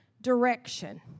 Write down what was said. direction